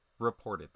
Reportedly